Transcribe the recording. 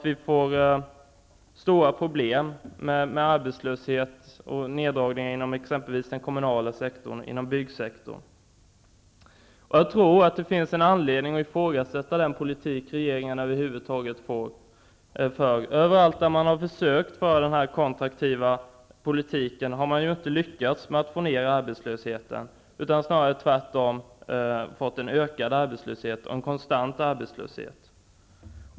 Vi får stora problem med arbetslöshet och neddragningar inom t.ex. den kommunala sektorn och inom byggsektorn. Jag tror att det finns anledning att ifrågasätta den politik regeringen för. Överallt där man har försökt att föra den här kontraktiva politiken har man inte lyckats att få ner arbetslösheten. Man har tvärtom snarare fått en ökad arbetslöshet och en konstant arbetslöshet.